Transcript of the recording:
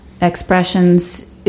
expressions